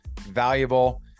valuable